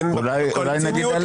אין בפרוטוקול ציניות,